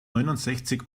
neunundsechzig